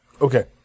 Okay